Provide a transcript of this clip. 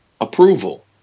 approval